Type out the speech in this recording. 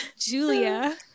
Julia